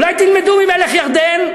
אולי תלמדו ממלך ירדן?